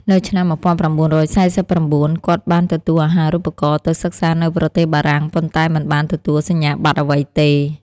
នៅឆ្នាំ១៩៤៩ គាត់ បានទទួលអាហារូបករណ៍ទៅសិក្សានៅប្រទេសបារាំង ប៉ុន្តែមិនបានទទួលសញ្ញាប័ត្រអ្វីទេ។